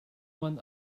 man